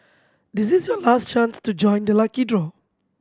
this is your last chance to join the lucky draw